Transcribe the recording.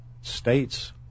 states